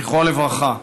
זכרו לברכה.